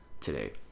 today